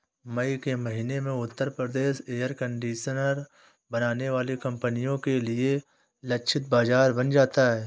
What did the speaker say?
मई के महीने में उत्तर प्रदेश एयर कंडीशनर बनाने वाली कंपनियों के लिए लक्षित बाजार बन जाता है